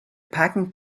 packing